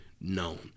known